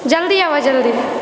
जल्दी आबह जल्दी